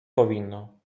powinno